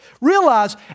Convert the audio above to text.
Realize